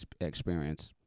experience